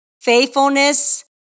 faithfulness